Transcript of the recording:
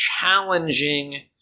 challenging